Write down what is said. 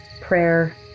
prayer